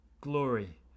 glory